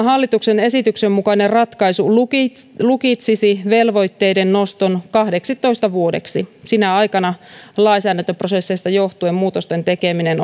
hallituksen esityksen mukainen ratkaisu lukitsisi lukitsisi velvoitteiden noston kahdeksitoista vuodeksi sinä aikana lainsäädäntöprosesseista johtuen muutosten tekeminen